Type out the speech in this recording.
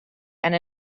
and